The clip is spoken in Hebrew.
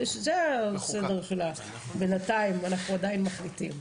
בינתיים זה הסדר ואנחנו עדיין מחליטים.